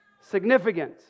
significant